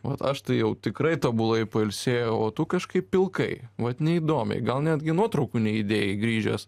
vat aš tai jau tikrai tobulai pailsėjau o tu kažkaip pilkai vat neįdomiai gal netgi nuotraukų neįdėjai grįžęs